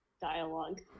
dialogue